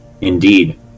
Indeed